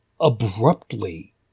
abruptly